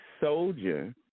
soldier